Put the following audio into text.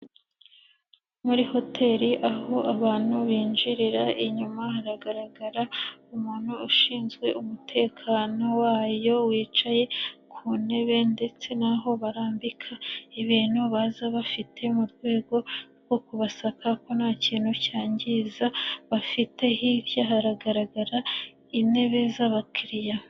Muri hoteli aho abantu binjirira, inyuma haragaragara umuntu ushinzwe umutekano wayo wicaye ku ntebe, ndetse n'aho barambika ibintu baza bafite mu rwego rwo kubasaka ko nta kintu cyangiza bafite, hirya haragaragara intebe z'abakiriya.